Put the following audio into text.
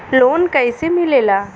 Loan कईसे मिलेला?